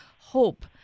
hope